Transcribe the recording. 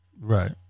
Right